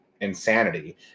insanity